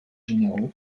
généraux